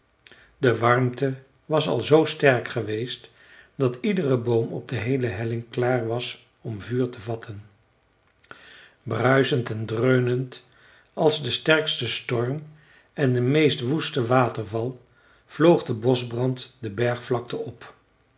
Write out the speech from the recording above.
de warmte was al zoo sterk geweest dat iedere boom op de heele helling klaar was om vuur te vatten bruisend en dreunend als de sterkste storm en de meest woeste waterval vloog de boschbrand de bergvlakte op